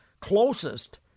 Closest